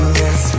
yes